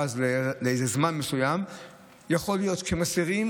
ואז לאיזה זמן מסוים יכול להיות שמסירים,